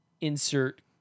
insert